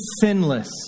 sinless